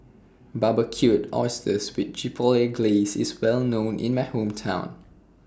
Barbecued Oysters with Chipotle Glaze IS Well known in My Hometown